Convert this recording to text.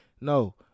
No